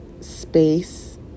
space